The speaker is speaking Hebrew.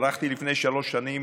ערכתי לפני שלוש שנים,